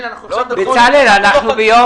--- אנחנו נמצאים ביום